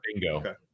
Bingo